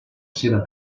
seva